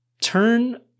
turn